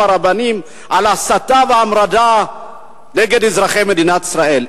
הרבנים על הסתה והמרדה נגד אזרחי מדינת ישראל?